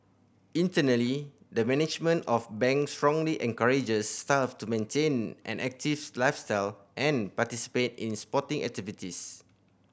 internally the management of Bank strongly encourages staff to maintain an active lifestyle and participate in sporting activities